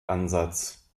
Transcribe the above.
ansatz